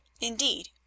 Indeed